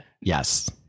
Yes